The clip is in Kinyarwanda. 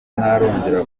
ntarongera